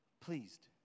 pleased